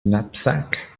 knapsack